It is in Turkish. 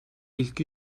ilk